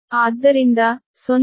ಆದ್ದರಿಂದ 0